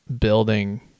building